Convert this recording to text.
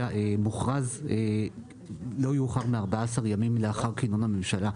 מוכרז לא יאוחר מ-14 ימים לאחר כינון הממשלה.